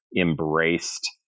embraced